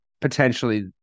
potentially